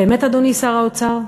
באמת, אדוני שר האוצר?